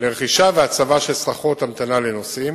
לרכישה והצבה של סככות המתנה לנוסעים.